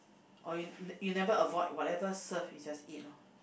or you never avoid whatever serve you just eat loh